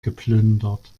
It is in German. geplündert